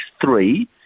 three